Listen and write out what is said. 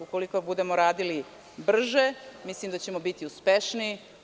Ukoliko budemo radili brže, mislim da ćemo biti uspešniji.